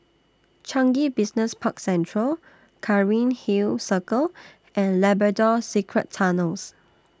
Changi Business Park Central Cairnhill Circle and Labrador Secret Tunnels